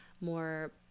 more